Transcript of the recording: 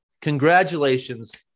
Congratulations